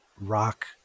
rock